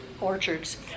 orchards